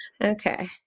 Okay